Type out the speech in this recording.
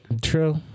True